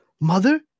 Mother